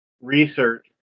research